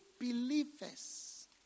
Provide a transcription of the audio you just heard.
believers